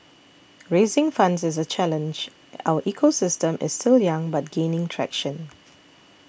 raising funds is a challenge our ecosystem is still young but gaining traction